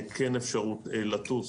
אפשרות לטוס.